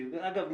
שאגב,